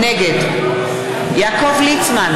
נגד יעקב ליצמן,